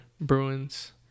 Bruins